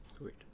Wait